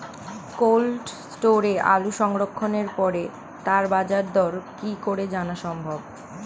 Cold স্টোরে আলু সংরক্ষণের পরে তার বাজারদর কি করে জানা সম্ভব?